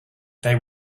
they